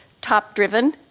top-driven